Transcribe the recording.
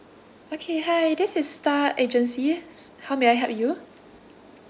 okay hi this is star agency how may I help you